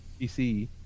PC